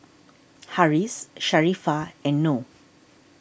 Harris Sharifah and Noh